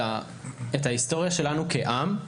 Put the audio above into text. את ההיסטוריה שלנו כעם.